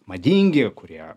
madingi kurie